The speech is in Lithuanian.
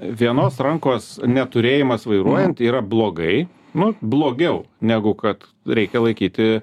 vienos rankos neturėjimas vairuojant yra blogai nu blogiau negu kad reikia laikyti